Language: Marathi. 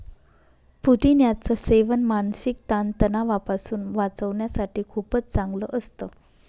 पुदिन्याच सेवन मानसिक ताण तणावापासून वाचण्यासाठी खूपच चांगलं असतं